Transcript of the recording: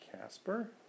Casper